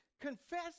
confess